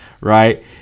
right